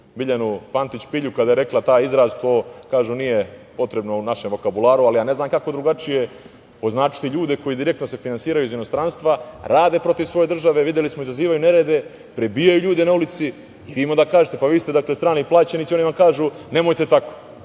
Biljanu Pantić Pilju kada je rekla taj izraz. Kažu, to nije potrebno našem vokabularu, ali ne znam kako drugačije označiti ljude koji se direktno finansiraju iz inostranstva, rade protiv svoje države, videli smo, izazivaju nerede, prebijaju ljude na ulicu i onda kažete – pa vi ste strani plaćenici, a oni vam kažu – nemojte tako.